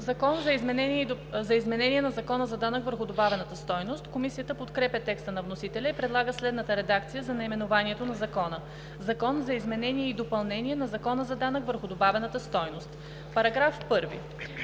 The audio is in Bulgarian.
„Закон за изменение на Закона за данък върху добавената стойност“. Комисията подкрепя текста на вносителя и предлага следната редакция за наименованието на Закона: „Закон за изменение и допълнение на Закона за данък върху добавената стойност“. По § 1